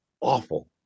awful